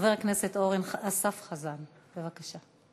חבר הכנסת אורן אסף חזן, בבקשה,